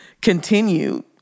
continue